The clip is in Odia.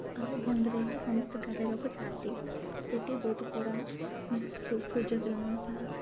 ଆଉ ବନ୍ଧରେ ହିଁ ସମସ୍ତେ ଗାଧୋଇବାକୁ ଯାଆନ୍ତି ସେଇଠି ବହୁତ ଖରା ମାନେ ସୂର୍ଯ୍ୟକିରଣ